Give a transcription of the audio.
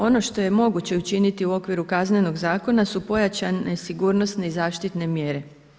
Ono što je moguće učiniti u okviru kaznenog zakona su pojačane sigurnosne i zaštitne mjere.